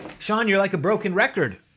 sean, you're like a broken record.